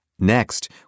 Next